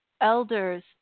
elders